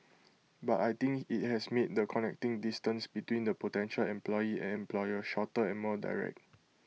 but I think IT has made the connecting distance between the potential employee and employer shorter and more direct